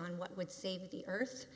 on what would save the earth